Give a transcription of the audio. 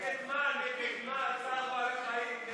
(תיקון, החמרת ענישה בגין התעללות בבעלי חיים),